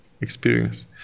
Experience